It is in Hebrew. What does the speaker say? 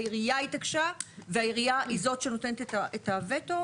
העירייה התעקשה והעירייה היא זאת שנותנת את הווטו.